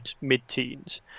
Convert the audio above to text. mid-teens